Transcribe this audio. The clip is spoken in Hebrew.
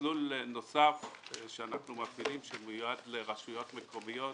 מסלול נוסף שאנחנו מפעילים שמיועד לרשויות מקומיות,